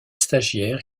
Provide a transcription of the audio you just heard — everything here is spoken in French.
stagiaires